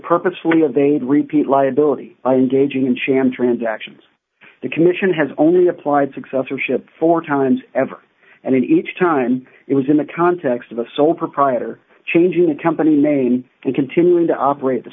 purposely or they'd repeat liability gaging and sham transactions the commission has only applied successorship four times ever and each time it was in the context of a sole proprietor changing a company name and continuing to operate the